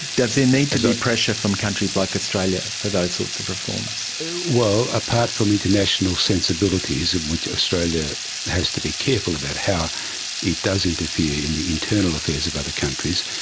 does there need to to be pressure from countries like australia for those sorts of reforms? well, apart from international sensibilities, in which australia has to be careful about how it does interfere in the internal affairs of other countries,